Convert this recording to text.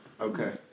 Okay